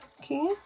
Okay